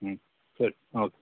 ಸರಿ ಓಕೆ